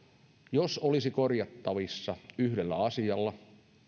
olisi korjattavissa yhdellä asialla